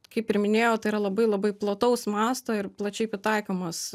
kaip ir minėjau tai yra labai labai plataus masto ir plačiai pritaikomos